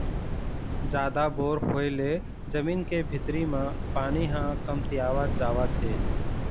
जादा बोर होय ले जमीन के भीतरी म पानी ह कमतियावत जावत हे